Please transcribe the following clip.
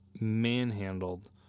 manhandled